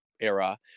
era